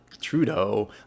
Trudeau